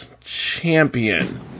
champion